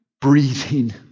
breathing